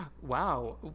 Wow